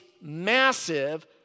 massive